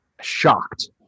shocked